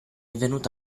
venuto